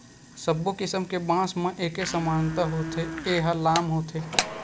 सब्बो किसम के बांस म एके समानता होथे के ए ह लाम होथे